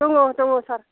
दङ दङ सार